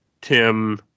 Tim